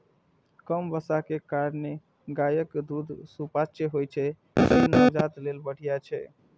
कम बसा के कारणें गायक दूध सुपाच्य होइ छै, तें नवजात लेल बढ़िया छै